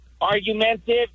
argumentative